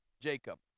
Jacob